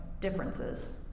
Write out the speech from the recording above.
differences